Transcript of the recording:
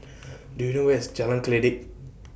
Do YOU know Where IS Jalan Kledek